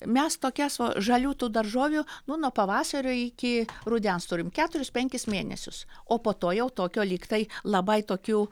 mes tokias va žalių tų daržovių nu nuo pavasario iki rudens turim keturis penkis mėnesius o po to jau tokio lyg tai labai tokių